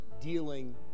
dealing